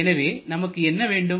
எனவே நமக்கு என்ன வேண்டும்